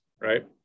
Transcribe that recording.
right